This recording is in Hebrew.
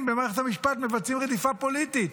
במערכת המשפט מבצעים רדיפה פוליטית.